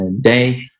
day